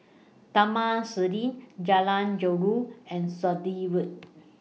Taman Sireh Jalan Jeruju and Sturdee Road